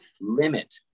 limit